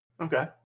Okay